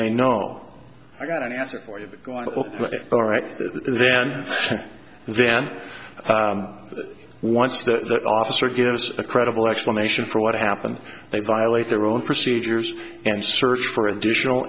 they know i got an answer for you all right then and then once the officer gives a credible explanation for what happened they violate their own procedures and search for additional